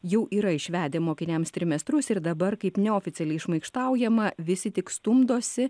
jau yra išvedę mokiniams trimestrus ir dabar kaip neoficialiai šmaikštaujama visi tik stumdosi